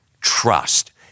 trust